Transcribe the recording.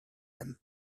them